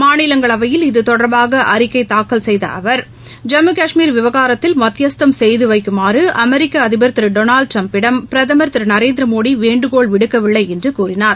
மாநிலங்களவையில் இது தொடர்பாக அறிக்கை தாக்கல் செய்த அவர் ஜம்மு கஷ்மீர் விவகாரத்தில் மத்தியஸ்தம் செய்து வைக்குமாறு அமெரிக்க அதிபர் திரு டொனால்டு ட்டிரம்பிடம் பிரதமர் திரு நரேந்திரமோடி வேண்டுகோள் விடுக்கவில்லை என்று கூறினார்